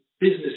business